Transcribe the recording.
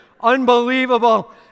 unbelievable